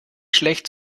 schlecht